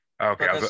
Okay